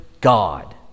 God